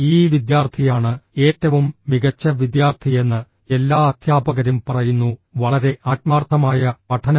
ഈ വിദ്യാർത്ഥിയാണ് ഏറ്റവും മികച്ച വിദ്യാർത്ഥിയെന്ന് എല്ലാ അധ്യാപകരും പറയുന്നു വളരെ ആത്മാർത്ഥമായ പഠനങ്ങൾ